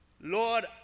Lord